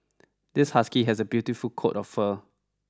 this husky has a beautiful coat of fur